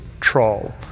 troll